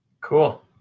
Cool